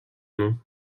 nom